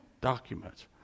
documents